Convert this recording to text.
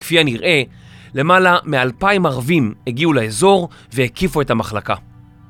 כפי הנראה, למעלה מאלפיים ערבים הגיעו לאזור והקיפו את המחלקה.